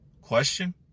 question